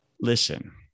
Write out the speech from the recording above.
listen